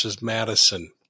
Madison